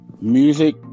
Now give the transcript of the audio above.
music